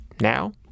Now